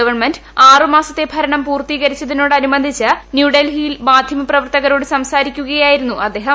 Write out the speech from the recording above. government ആറ് മാസത്തെ ഭരണം പൂർത്തീകരിച്ചതിനോടനുബന്ധിച്ച് ന്യൂഡൽഹിയിൽ മാന്യമ പ്രവർത്തകരോട് സംസാരിക്കുകയായിരുന്നു അദ്ദേഹം